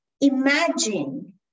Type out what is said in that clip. imagine